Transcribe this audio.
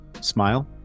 Smile